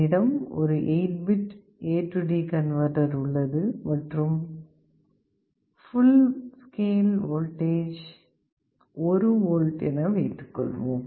என்னிடம் ஒரு 8 bit AD converter உள்ளது மற்றும் ஃபுல் ஸ்கேல் வோல்டேஜ் 1 வோல்ட் என வைத்துக்கொள்வோம்